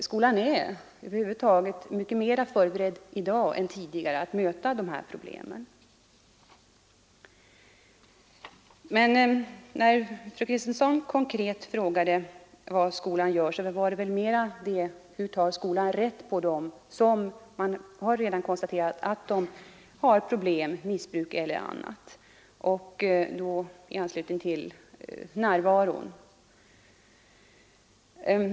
Skolan är över huvud taget mycket mera förberedd i dag än tidigare att möta de här problemen. Men när fru Kristensson konkret frågade vad skolan gör, ville hon väl närmast veta hur skolan tar rätt på dem som man redan konstaterat har problem, missbruk eller andra problem, som upptäckts i anslutning till frånvaron.